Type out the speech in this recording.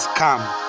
come